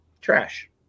trash